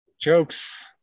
jokes